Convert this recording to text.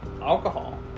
Alcohol